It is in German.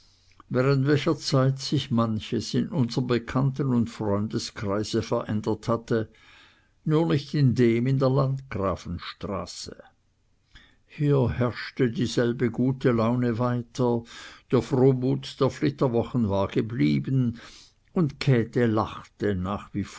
welcher zeit sich manches in unserem bekannten